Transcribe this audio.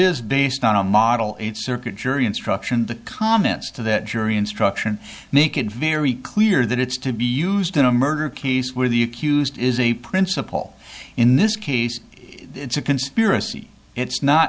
is based on a model it's circuit jury instruction the comments to that jury instruction make it very clear that it's to be used in a murder case where the accused is a principal in this case it's a conspiracy it's not